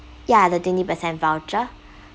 ya the twenty percent voucher